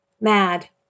Mad